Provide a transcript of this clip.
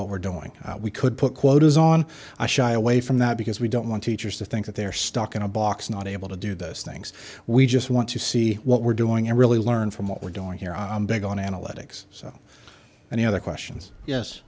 what we're doing we could put quotas on i shy away from that because we don't want teachers to think that they're stuck in a box not able to do those things we just want to see what we're doing and really learn from what we're doing here i'm big on analytics so any other questions yes